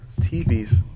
TV's